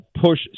push